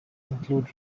include